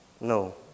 No